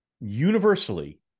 Universally